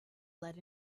lead